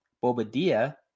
Bobadilla